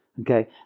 okay